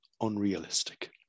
unrealistic